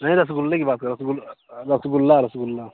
नहीं रसगुल्ले की बात कर रहा था रस रसगुल्ला रसगुल्ला